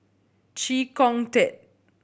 Chee Kong Tet